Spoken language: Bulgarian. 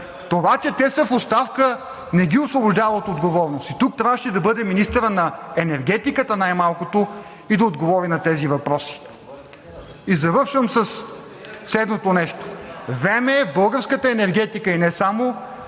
Това, че те са в оставка, не ги освобождава от отговорност. И тук трябваше да бъде най-малкото министърът на енергетиката и да отговори на тези въпроси. Завършвам със следното нещо: време е българската енергетика, и не само,